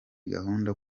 gahunda